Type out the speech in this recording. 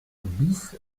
bis